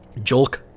Jolk